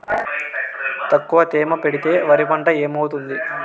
తక్కువ తేమ పెడితే వరి పంట ఏమవుతుంది